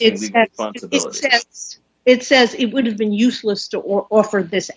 it's it says it would have been useless to or offer this